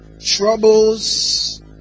troubles